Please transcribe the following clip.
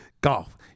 Golf